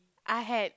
I had